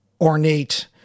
ornate